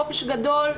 חופש גדול,